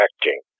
acting